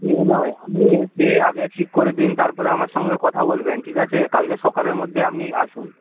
হুঁ নয় আপনি এসে আগে ঠিক করে দিন তারপরে আমার সঙ্গে কথা বলবেন ঠিক আছে কালকে সকালের মধ্যে আপনি আসুন